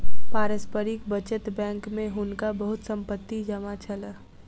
पारस्परिक बचत बैंक में हुनका बहुत संपत्ति जमा छल